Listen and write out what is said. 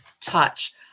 touch